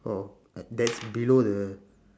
oh ah that's below the